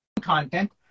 content